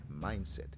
Mindset